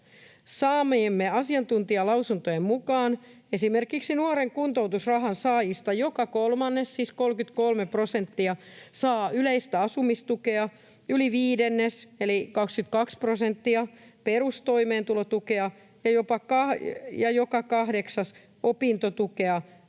Saamiemme asiantuntijalausuntojen mukaan esimerkiksi nuorten kuntoutusrahan saajista joka kolmannes, siis 33 prosenttia, sai yleistä asumistukea, yli viidennes eli 22 prosenttia perustoimeentulotukea ja joka kahdeksas opintotukea